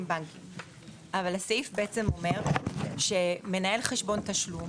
אבל הסעיף בעצם אומר שמנהל חשבון תשלום